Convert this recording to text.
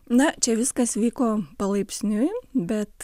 na čia viskas vyko palaipsniui bet